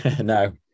No